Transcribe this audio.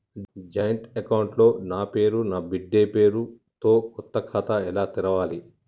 Joint account లో నా పేరు నా బిడ్డే పేరు తో కొత్త ఖాతా ఎలా తెరవాలి?